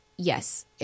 Yes